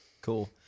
Cool